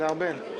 לארבל.